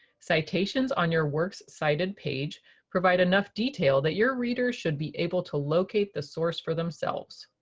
citations on your works cited page provide enough detail that your reader should be able to locate the source for themselves.